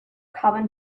common